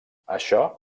això